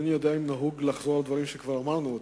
אינני יודע אם נהוג לחזור על דברים שכבר אמרנו,